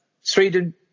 Sweden